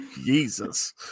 Jesus